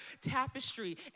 tapestry